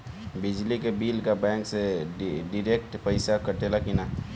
बिजली के बिल का बैंक से डिरेक्ट पइसा कटेला की नाहीं?